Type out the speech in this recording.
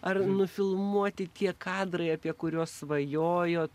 ar nufilmuoti tie kadrai apie kuriuos svajojote